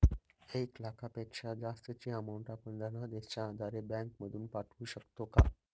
एक लाखापेक्षा जास्तची अमाउंट आपण धनादेशच्या आधारे बँक मधून पाठवू शकतो का?